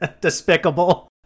Despicable